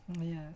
Yes